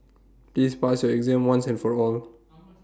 please pass your exam once and for all